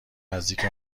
نزدیک